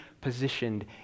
positioned